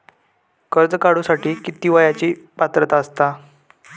कर्ज काढूसाठी किती वयाची पात्रता असता?